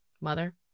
Mother